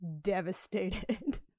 devastated